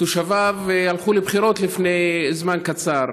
תושביו הלכו לבחירות לפני זמן קצר.